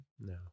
No